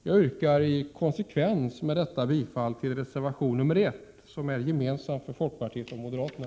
Jag yrkar i konsekvens med detta bifall till reservation nr 1 som är gemensam för folkpartiet, centern och moderaterna.